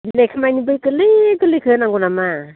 बिलाइखौ मानि बे गोरलै गोरलैखो होनांगौ नामा